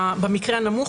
במקרה הנמוך,